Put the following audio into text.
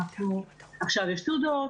עכשיו יש תעודות,